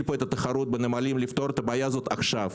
תחרות בנמלים ולפתור את הבעיה הזאת עכשיו.